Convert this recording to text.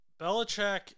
Belichick